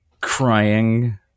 crying